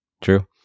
True